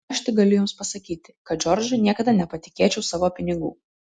aš tik galiu jums pasakyti kad džordžui niekada nepatikėčiau savo pinigų